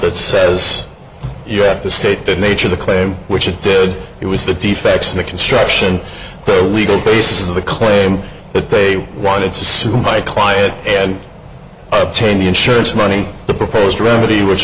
that says you have to state the nature of the claim which it did it was the defects in the construction the legal basis of the claim that they wanted to sue my client and i obtained the insurance money the proposed remedy which